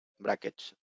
brackets